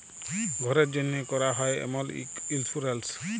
ঘ্যরের জ্যনহে ক্যরা হ্যয় এমল ইক ইলসুরেলস